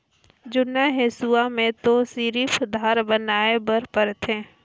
जुन्ना हेसुआ में तो सिरिफ धार बनाए बर परथे